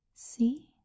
See